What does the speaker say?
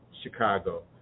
Chicago